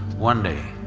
one day,